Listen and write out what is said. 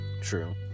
True